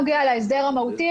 זה נוגע להסדר המהותי,